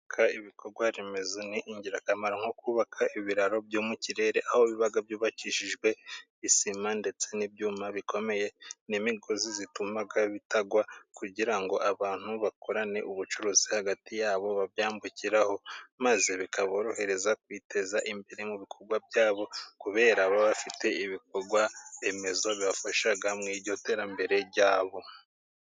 Ibikorwaremezo ni ingirakamaro nko kubaka ibiraro byo mu kirere, aho biba byubakishijwe isima ndetse n'ibyuma bikomeye , n'imigozi itumaga bitagwa kugira ngo abantu bakorane ubucuruzi hagati yabo, babyambukiraho maze bikaborohereza kwiteza imbere mu bikorwa byabo kubera abafite ibikorwa remezo byabafasha mu iryo terambere ryabo.